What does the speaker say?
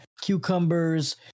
cucumbers